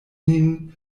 nin